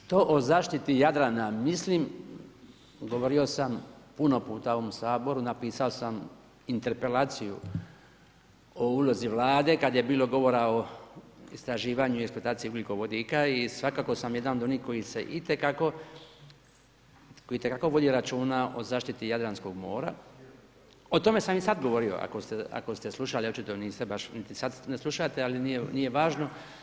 Kolega Pernar, što o zaštiti Jadrana mislim, govorio sam puno puta u ovom Saboru, napisao sam interpelaciju o ulozi Vlade, kada je bilo govora o istraživanju i eksploatacije ugljikovodika i svakako sam jedan od onih koji se itekako, koji itekako vodi računa o zaštiti Jadranskog mora, o tome sam i sad govorio, ako ste slušali, očito niste baš, niti sad ne slušate, ali nije važno.